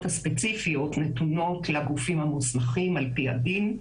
הספציפיות נתונות לגופים המוסמכים על פי הדין,